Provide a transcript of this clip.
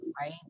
right